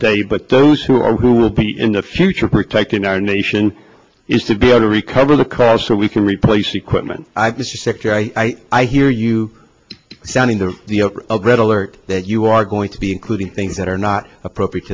today but those who are who will be in the future protecting our nation is to be able to recover the cost so we can replace equipment to secure i i hear you sounding the red alert that you are going to be including things that are not appropriate